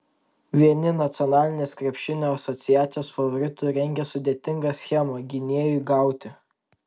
vieni nacionalinės krepšinio asociacijos favoritų rengia sudėtingą schemą gynėjui gauti